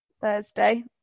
thursday